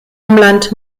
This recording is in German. umland